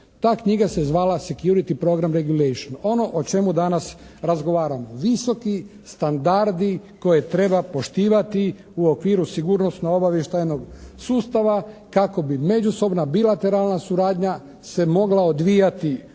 Ta knjiga se zvala "Security program regulation" ono o čemu danas razgovaramo, visoki standardi koje treba poštivati u okviru sigurnosno-obavještajnog sustava kako bi međusobna bilateralna suradnja se mogla odvijati